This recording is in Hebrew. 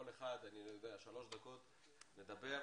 כל אחד שלוש דקות לדבר,